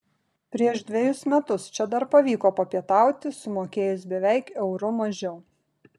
prieš dvejus metus čia dar pavyko papietauti sumokėjus beveik euru mažiau